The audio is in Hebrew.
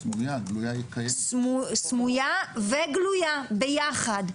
סמויה וגלויה ביחד.